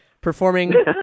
performing